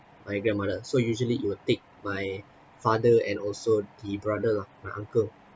my grandmother so usually it will take my father and also the brother lah my uncle